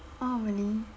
orh really